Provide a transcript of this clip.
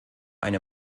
eine